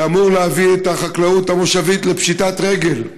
שאמור להביא את החקלאות המושבית לפשיטת רגל.